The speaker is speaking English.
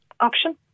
option